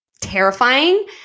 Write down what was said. terrifying